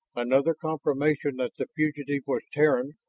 another confirmation that the fugitive was terran,